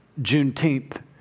Juneteenth